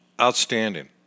outstanding